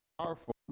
powerful